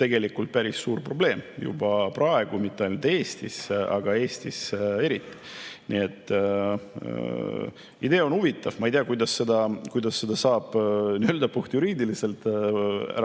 loomulikult on päris suur probleem juba praegu – mitte ainult Eestis, aga Eestis eriti. Nii et idee on huvitav. Ma ei tea, kuidas seda saab nii-öelda puhtjuriidiliselt